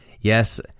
Yes